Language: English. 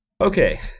okay